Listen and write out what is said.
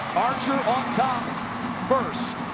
archer on top first.